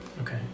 Okay